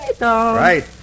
Right